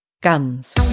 Guns